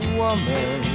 woman